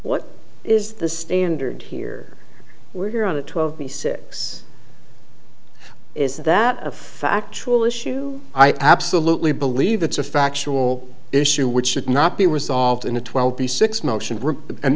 what is the standard here we're here on a twelve b six is that a factual issue i absolutely believe it's a factual issue which should not be resolved in a twelve b six motion and